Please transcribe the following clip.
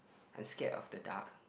the scare of the dark